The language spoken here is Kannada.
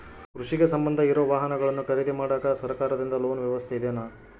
ಕೃಷಿಗೆ ಸಂಬಂಧ ಇರೊ ವಾಹನಗಳನ್ನು ಖರೇದಿ ಮಾಡಾಕ ಸರಕಾರದಿಂದ ಲೋನ್ ವ್ಯವಸ್ಥೆ ಇದೆನಾ?